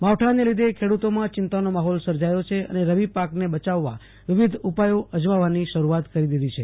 માંવઠાનું લીધે ખેડૂતોમાં ચિંતાનો માહોલ સર્જાયો છે અને રવિપાકને બુચાંવા વિવિધ ઉપાંચો અજમાવાની શરૂઆત કરી દીધી છે